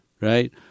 right